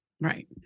Right